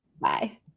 Bye